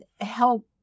help